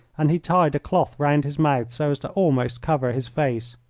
and he tied a cloth round his mouth so as to almost cover his face.